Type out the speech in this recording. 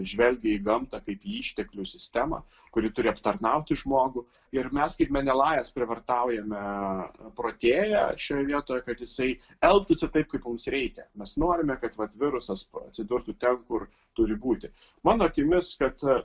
žvelgia į gamtą kaip į išteklių sistemą kuri turi aptarnauti žmogų ir mes kaip menelajas prievartaujame protėją šioje vietoje kad jisai elgtųsi taip kaip mums reikia mes norime kad vat virusas atsidurtų ten kur turi būti mano akimis kad